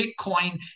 Bitcoin